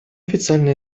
официально